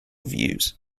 views